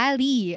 Ali